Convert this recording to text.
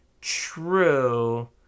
True